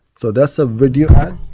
so that's a video ad.